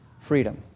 freedom